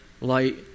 light